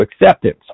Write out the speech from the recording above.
acceptance